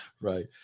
Right